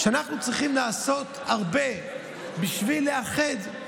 ואנחנו צריכים לעשות הרבה בשביל לאחד.